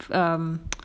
um